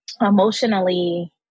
Emotionally